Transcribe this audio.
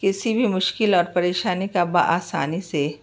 کسی بھی مشکل اور پریشانی کا بآسانی سے